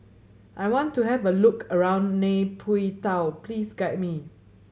I want to have a look around Nay Pyi Taw please guide me